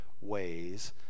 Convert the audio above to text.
ways